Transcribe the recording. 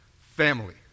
family